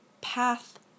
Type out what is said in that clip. path